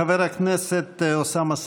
חבר הכנסת אוסאמה סעדי.